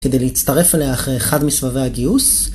כדי להצטרף אליה אחרי אחד מסבבי הגיוס.